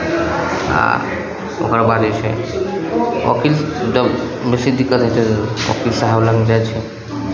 आ ओकर बाद जे छै ओकील जब बेसी दिक्कत होइ छै तऽ ओकील साहब लगमे जाइ छै